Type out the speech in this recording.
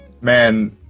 man